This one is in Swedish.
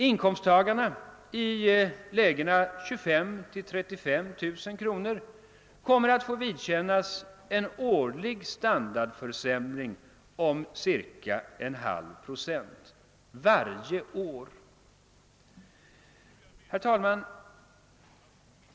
Inkomsttagarna i lägena 25 000—35 000 kommer att få vidkännas en årlig standardförsämring kom ca en halv procent. Herr talman!